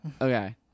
Okay